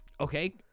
okay